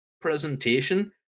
presentation